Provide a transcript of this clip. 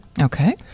Okay